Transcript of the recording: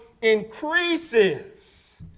increases